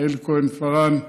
יעל כהן-פארן,